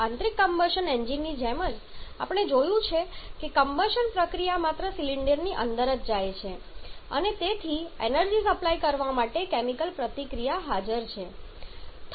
આંતરિક કમ્બશન એન્જિનની જેમ આપણે જોયું છે કે કમ્બશન પ્રક્રિયા માત્ર સિલિન્ડરની અંદર જ જાય છે અને તેથી એનર્જી સપ્લાય કરવા માટે કેમિકલ પ્રતિક્રિયા હાજર છે